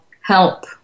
help